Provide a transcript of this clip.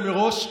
אני מתנצל מראש.